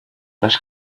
this